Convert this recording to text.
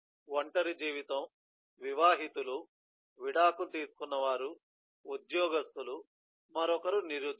ఒంటరి జీవితం వివాహితులు విడాకులు తీసుకున్నారు ఉద్యోగస్తులు మరొకరు నిరుద్యోగులు